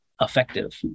effective